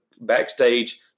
backstage